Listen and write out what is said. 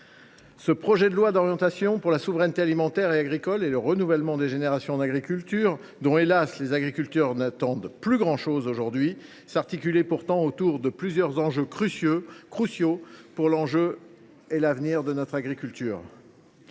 ce projet de loi d’orientation pour la souveraineté alimentaire et agricole et le renouvellement des générations en agriculture, les agriculteurs n’attendent – hélas !– plus grand chose aujourd’hui. Il s’articulait pourtant autour de plusieurs enjeux cruciaux pour l’avenir de notre agriculture.